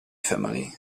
family